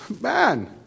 Man